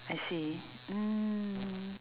I see mm